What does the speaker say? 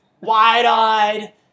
Wide-eyed